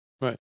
Right